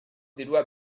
dirua